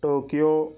Tokyo